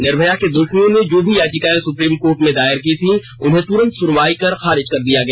निर्भया के दोषियों ने जो भी याचिकाये सुप्रीम कोर्ट में दायर की थी उन्हें तुरंत सुनवाई कर खारिज कर दिया गया